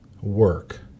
work